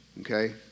okay